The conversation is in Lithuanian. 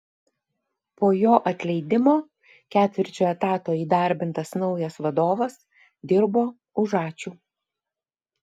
po jo atleidimo ketvirčiu etato įdarbintas naujas vadovas dirbo už ačiū